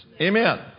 Amen